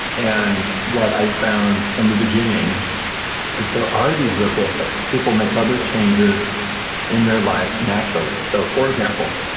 and what i've found from the beginning is there are these ripple effects. people make other changes in their life naturally so for example,